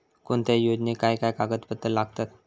कोणत्याही योजनेक काय काय कागदपत्र लागतत?